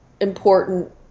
important